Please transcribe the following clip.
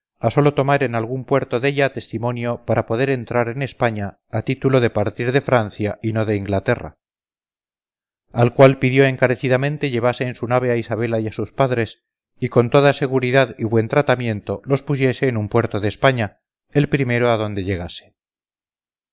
a sólo tomar en algún puerto della testimonio para poder entrar en españa a título de partir de francia y no de inglaterra al cual pidió encarecidamente llevase en su nave a isabela y a sus padres y con toda seguridad y buen tratamiento los pusiese en un puerto de españa el primero a donde llegase